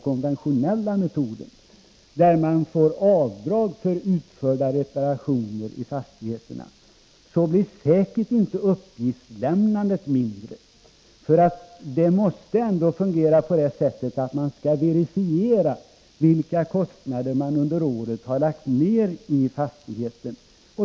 konventionella metoden, där man får avdrag för utförda reparationer i fastigheterna — så vill jag framhålla att då blir säkert inte uppgiftslämnandet mindre. Det måste ändå fungera så att man skall verifiera vilka kostnader man under året har lagt ner i fastigheten.